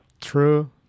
true